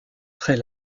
très